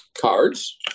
cards